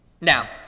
Now